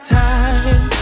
time